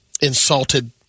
insulted